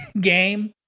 game